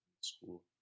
school